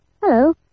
hello